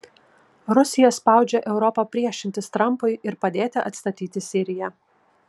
rusija spaudžia europą priešintis trampui ir padėti atstatyti siriją